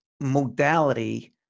modality